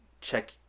check